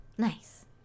Nice